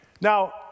Now